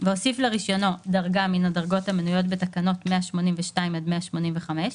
והוסיף לרישיונו דרגה מן הדרגות המנויות בתקנות 182 עד 185,